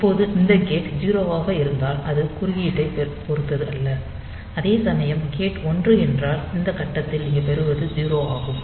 இப்போது இந்த கேட் 0 ஆக இருந்தால் அது குறுக்கீட்டைப் பொறுத்தது அல்ல அதேசமயம் கேட் 1 என்றால் இந்த கட்டத்தில் நீங்கள் பெறுவது 0 ஆகும்